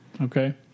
okay